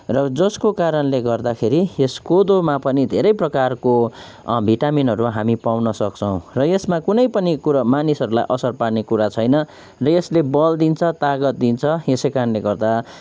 जसको कारणले गर्दाखेरि यस कोदोमा पनि धेरै प्रकारको भिटामिनहरू हामी पाउन सक्छौँ र यसमा कुनै पनि कुरो मानिसहरूलाई असर पार्ने कुरा छैन र यसले बल दिन्छ तागत दिन्छ यसैकारणले गर्दा